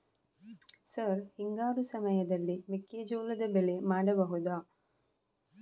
Sir ಹಿಂಗಾರು ಸಮಯದಲ್ಲಿ ಮೆಕ್ಕೆಜೋಳದ ಬೆಳೆ ಮಾಡಬಹುದಾ?